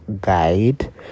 guide